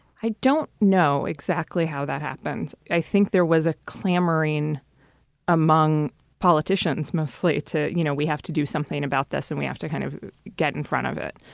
i don't know exactly how that happens. i think there was a clamoring among politicians mostly to, you know, we have to do something about this and we have to kind of get in front of it.